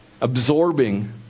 absorbing